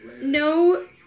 No